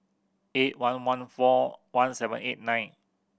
eight one one four one seven eight nine